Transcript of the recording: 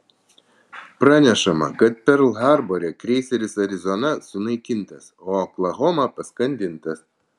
pranešama kad perl harbore kreiseris arizona sunaikintas o oklahoma paskandintas